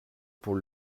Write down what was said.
pour